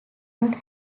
not